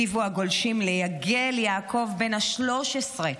הגיבו הגולשים ליגל יעקב בן ה-13,